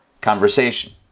conversation